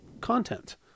content